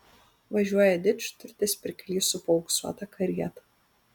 važiuoja didžturtis pirklys su paauksuota karieta